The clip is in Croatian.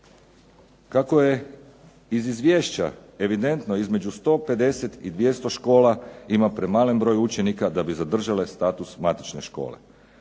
Kako je iz izvješća evidentno između 150 i 200 škola ima premalen broj učenika da bi zadržale status matične škole.